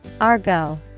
Argo